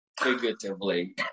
figuratively